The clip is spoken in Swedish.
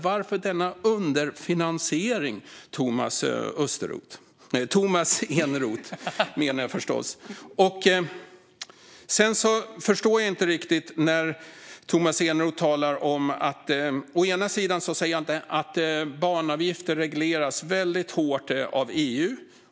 Varför är det denna underfinansiering, Tomas Eneroth? Å ena sidan säger jag inte att banavgifter regleras väldigt hårt av EU.